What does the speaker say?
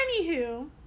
anywho